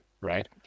right